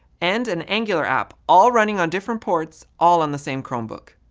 and an angular app all running on different ports all on the same chromebook.